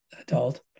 adult